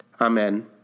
Amen